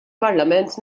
parlament